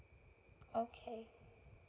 okay